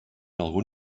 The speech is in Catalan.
algun